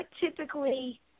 typically